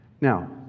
Now